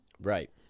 right